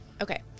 Okay